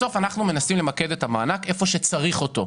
בסוף אנחנו מנסים למקד את המענק היכן שצריך אותו.